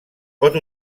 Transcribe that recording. pot